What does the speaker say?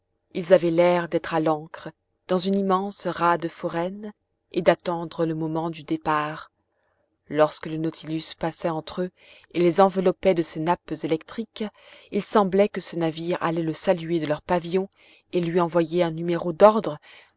ils avaient l'air d'être à l'ancre dans une immense rade foraine et d'attendre le moment du départ lorsque le nautilus passait entre eux et les enveloppait de ses nappes électriques il semblait que ces navires allaient le saluer de leur pavillon et lui envoyer leur numéro d'ordre